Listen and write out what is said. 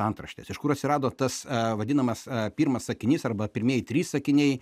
antraštes iš kur atsirado tas vadinamas pirmas sakinys arba pirmieji trys sakiniai